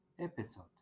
episode